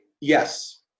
yes